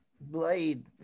Blade